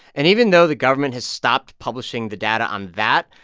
and even though the government has stopped publishing the data on that,